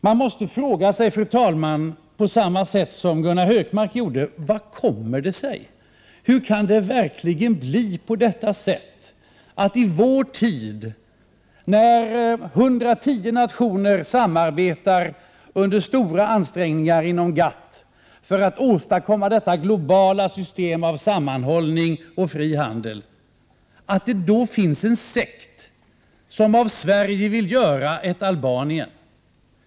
Man måste fråga sig, fru talman, på samma sätt som Gunnar Hökmark: Hur kommer det sig att det i vår tid, då 110 nationer samarbetar under stora ansträngningar inom GATT för att åstadkomma ett globalt system av sammanhållning och frihandel, finns en sekt som av Sverige vill göra ett Albanien?